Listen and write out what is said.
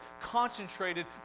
concentrated